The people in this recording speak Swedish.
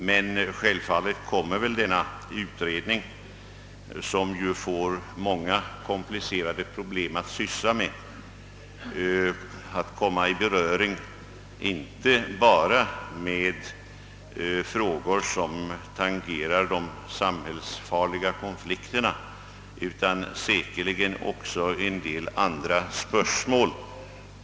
Men självfallet kommer denna utredning, som ju får många komplicerade problem att syssla med, i beröring inte bara med frågor som tangerar de samhällsfarliga konflikterna utan också med en hel del andra spörsmål.